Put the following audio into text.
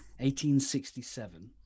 1867